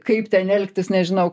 kaip ten elgtis nežinau